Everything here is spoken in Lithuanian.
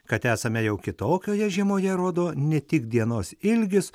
kad esame jau kitokioje žiemoje rodo ne tik dienos ilgis